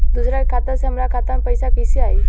दूसरा के खाता से हमरा खाता में पैसा कैसे आई?